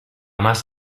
más